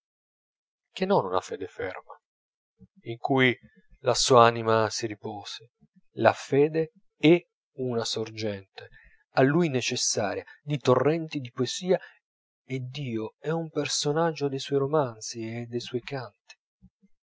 che una fede ferma in cui la sua anima si riposi la fede è una sorgente a lui necessaria di torrenti di poesia e dio è un personaggio dei suoi romanzi e dei suoi canti